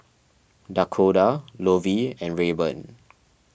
Dakoda Lovie and Rayburn